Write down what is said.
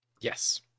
Yes